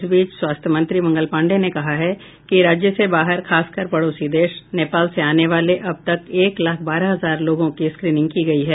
इस बीच स्वास्थ्य मंत्री मंगल पाण्डेय ने कहा है कि राज्य से बाहर खासकर पड़ोसी देश नेपाल से आने वाले अब तक एक लाख बारह हजार लोगों की स्क्रीनिंग की गई है